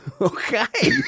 Okay